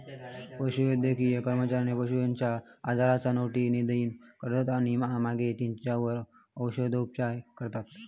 पशुवैद्यकीय कर्मचारी पशुपक्ष्यांच्या आजाराचा नीट निदान करतत आणि मगे तेंच्यावर औषदउपाय करतत